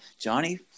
Johnny